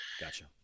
Gotcha